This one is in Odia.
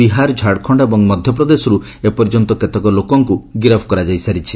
ବିହାର ଝାରଖଣ୍ଡ ଏବଂ ମଧ୍ୟପ୍ରଦେଶରୁ ଏପର୍ଯ୍ୟନ୍ତ କେତେକ ଲୋକଙ୍କୁ ଗିରଫ କରାଯାଇ ସାରିଛି